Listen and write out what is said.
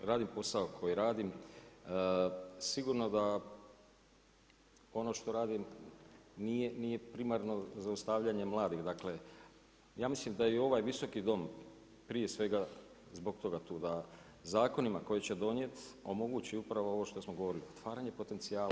Radim posao koji radim, sigurno da ono što radim nije primarno zaustavljanje mladih, dakle, ja mislim da je i ovaj Visoki dom prije svega zbog toga tu, da zakonima koje će donijeti, omogući upravo ovo što smo govorili, otvaranje potencijala.